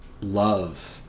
love